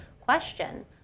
question